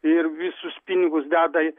ir visus pinigus deda